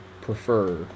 prefer